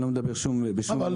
אני לא מדבר בשם אחרים.